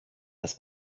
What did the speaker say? das